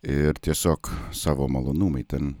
ir tiesiog savo malonumui ten